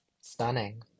Stunning